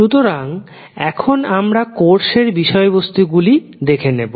সুতরাং এখন আমরা কোর্সের বিষয়বস্তু গুলি দেখে নেবো